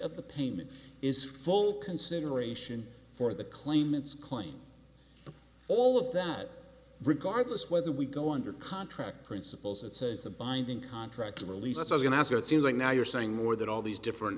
of the payment is full consideration for the claimants claim all of that regardless whether we go under contract principles that says a binding contract or release of an asset seems like now you're saying more than all these different